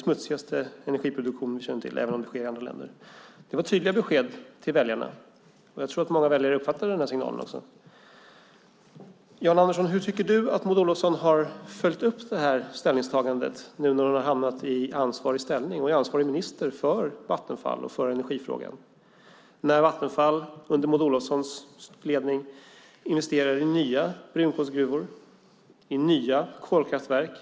Det var tydliga besked till väljarna, och jag tror att många väljare uppfattade den signalen. Hur tycker Jan Andersson att Maud Olofsson har följt upp det ställningstagandet nu när hon är ansvarig minister för Vattenfall och energifrågan? Vattenfall investerar under Maud Olofssons ledning i nya brunkolsgruvor och i nya kolkraftverk.